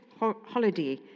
holiday